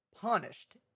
punished